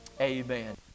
amen